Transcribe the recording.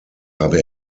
habe